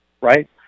right